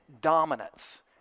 dominance